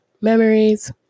memories